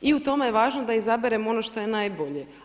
I u tome je važno da izaberemo ono što je najbolje.